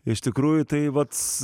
iš tikrųjų tai vat